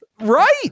Right